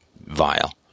vile